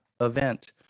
event